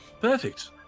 Perfect